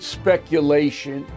speculation